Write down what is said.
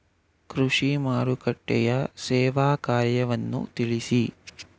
ಕೃಷಿ ಮಾರುಕಟ್ಟೆಯ ಸೇವಾ ಕಾರ್ಯವನ್ನು ತಿಳಿಸಿ?